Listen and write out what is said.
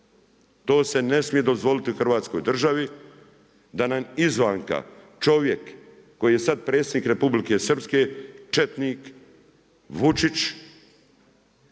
To se ne smije dozvoliti u Hrvatskoj državi da nam izvanka čovjek koji je sada predsjednik Republike Srpske, četnik, Vučić